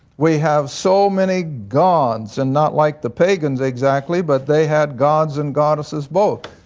we have so many gods, and not like the pagans exactly, but they had gods and goddesses both,